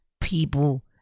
People